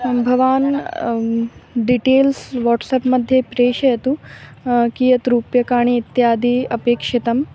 अं भवान् details WhatsApp मध्ये प्रेषयतु कियत् रूप्यकाणि इत्यादि अपेक्षितम्